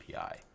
API